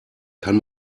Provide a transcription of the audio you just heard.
kann